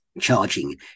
charging